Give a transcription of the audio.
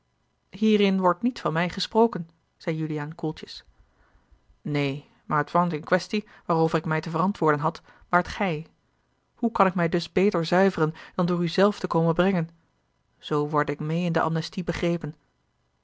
hierin wordt niet van mij gesproken zei juliaan koeltjes neen maar het poinct in quaestie waarover ik mij te verantwoorden had waart gij hoe kan ik mij dus beter zuiveren dan door u zelf te komen brengen zoo worde ik meê in de amnestie begrepen